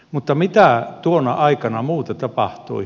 mutta mitä tuona aikana muuta tapahtui